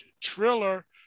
Triller